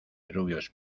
rubios